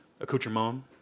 accoutrement